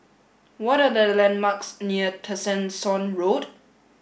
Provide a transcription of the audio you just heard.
what are the landmarks near Tessensohn Road